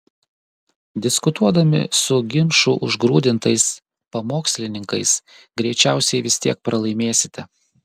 diskutuodami su ginčų užgrūdintais pamokslininkais greičiausiai vis tiek pralaimėsite